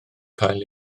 cael